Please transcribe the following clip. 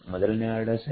ಮೊದಲನೆಯ ಆರ್ಡರ್ ಸರಿ